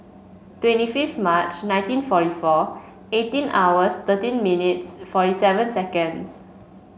twenty fifth March nineteen forty four eighteen hours thirteen minutes forty seven seconds